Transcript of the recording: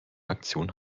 aktionen